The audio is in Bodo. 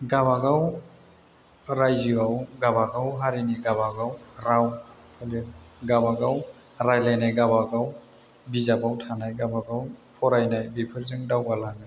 गावबागाव रायजोआव गावबागाव हारिनि गावबागाव राव गाबागाव रायलायनाय गावबागाव बिजाबाव थानाय गावबागाव फरायनाय बिफोरजों दावगालाङो